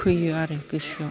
फैयो आरो गोसोआव